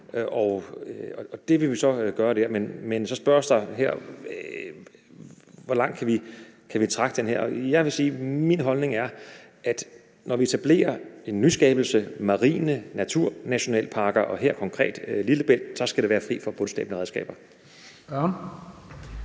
Det vil vi så gøre der. Så spørges der her, hvor langt vi kan trække den her. Jeg vil sige, at min holdning er, at når vi etablerer en nyskabelse – marine naturnationalparker og her konkret Lillebælt – så skal den være fri for bundslæbende redskaber.